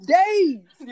days